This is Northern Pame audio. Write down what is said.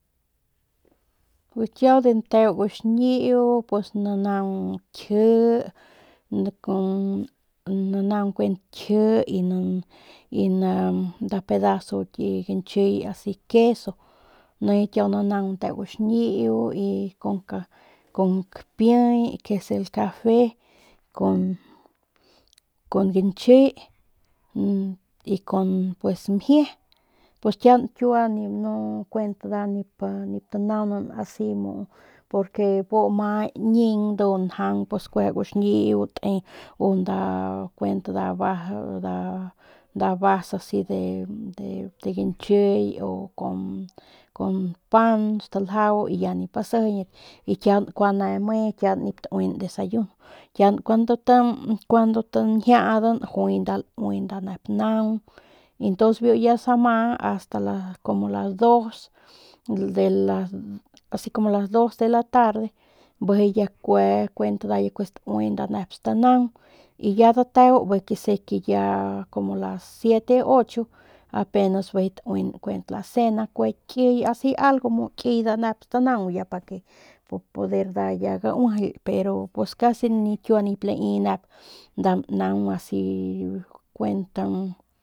Pus kiau de nteu guaxñiu pus nanaung kji y nanaung njuande kji y nanaug kuent nda ki pedazo ganchiy asi queso, nijiy kiau nanaung nteu guaxñiu y kun kapey que es el cafe kun kun ganchiy y kun pus mjie, pus kiaun kiua pus nu kuent nip nip kuent tanaunan asi mu u porque bu ma ñing ndu njaun pus kueje guaxñiu ndu te' nda vas dnja de ganchiy u kun kun pan, y ya nip asijiñat y kiaun kua ne' me kiaun nip tauinan desayuno kiaunan dos veces cuando tañjiaadan juay nda laui nep nda nnaung y ntuns biu ya sama asta la como las dos de la, asi como las dos dela tarde bijiy ya kue kuent ya kue staui nep stanaug y ya dateu bijiy quese que ya como las siete ocho apenas bijiy tauinan kuent la cena kue kiy asi algo kiy mu u nda nep stanaung pake para poder nda nauijil pero pus kasi kiua nip lai nep nep nda naung asi kuent.